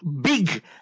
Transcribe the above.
big